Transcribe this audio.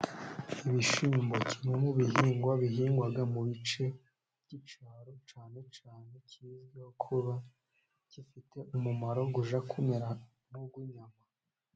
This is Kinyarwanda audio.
Ibishyimbo kimwe mu bihingwa bihingwa mu bice by'icyaro, cyane cyane kizwiho kuba gifite akamaro kajya kumera nk'ak'inyama.